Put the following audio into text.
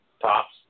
tops